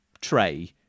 tray